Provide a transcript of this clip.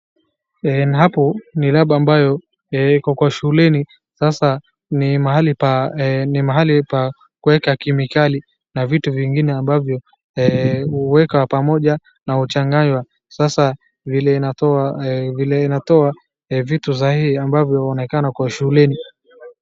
Hapo ni lab mbayo iko kwa shuleni, sasa ni mahali pa kuweka kemikali na vitu vingine ambavyo huwekwa pamoja na huchanganywa, sasa vile inatoa vitu sahii ambavyo huonekana kwa shuleni.